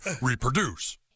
reproduce